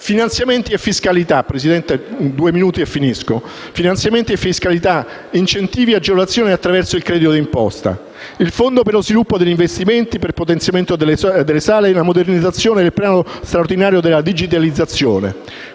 finanziamenti e fiscalità, di incentivi e agevolazioni attraverso il credito d'imposta, del fondo per lo sviluppo degli investimenti e la modernizzazione del piano straordinario della digitalizzazione.